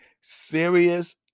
serious